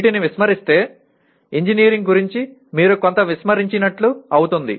వీటిని విస్మరిస్తే ఇంజనీరింగ్ గురించి మీరు కొంత విస్మరిస్తున్నట్లు అవుతుంది